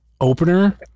opener